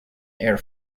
air